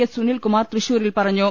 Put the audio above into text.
S Sunil Kumar തൃശൂരിൽ പറഞ്ഞു